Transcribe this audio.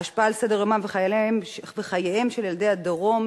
וההשפעה על סדר-יומם וחייהם של ילדי הדרום